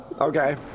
Okay